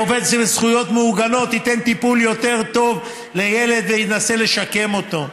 עובד עם זכויות מעוגנות ייתן טיפול יותר טוב לילד וינסה לשקם אותו,